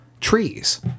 trees